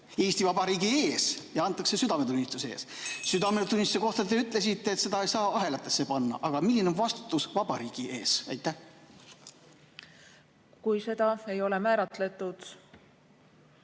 Eesti Vabariigi ees ja südametunnistuse ees. Südametunnistuse kohta te ütlesite, et seda ei saa ahelatesse panna. Aga milline on vastutus vabariigi ees? Kui seda ei ole määratletud